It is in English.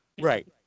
Right